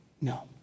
No